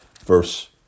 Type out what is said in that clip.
verse